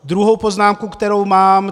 Druhá poznámka, kterou mám.